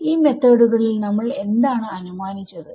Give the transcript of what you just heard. ഈ മെത്തോഡുകളിൽ നമ്മൾ എന്താണ് അനുമാനിച്ചത്